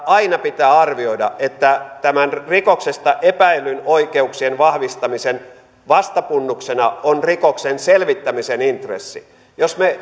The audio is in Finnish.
aina pitää arvioida että tämän rikoksesta epäillyn oikeuksien vahvistamisen vastapunnuksena on rikoksen selvittämisen intressi jos me